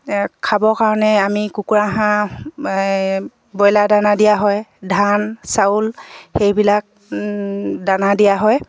খাবৰ কাৰণে আমি কুকুৰা হাঁহ ব্ৰইলাৰ দানা দিয়া হয় ধান চাউল সেইবিলাক দানা দিয়া হয়